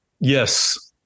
yes